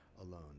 alone